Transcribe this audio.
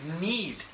need